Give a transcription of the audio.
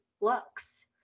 looks